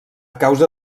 causa